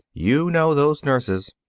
you know those nurses.